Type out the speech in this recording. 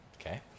okay